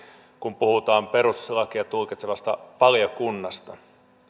kun puhutaan perustuslakia tulkitsevasta valiokunnasta